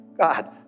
God